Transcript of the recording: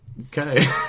Okay